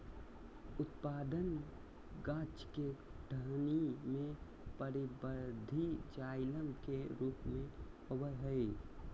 उत्पादन गाछ के टहनी में परवर्धी जाइलम के रूप में होबय हइ